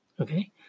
Okay